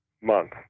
month